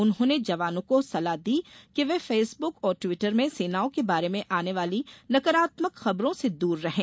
उन्होंने जवानों को सलाह दी कि वे फेसबुक और ट्वीटर में सेनाओं के बारे में आने वाली नकारात्मक खबरों से दूर रहें